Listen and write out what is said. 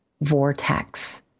vortex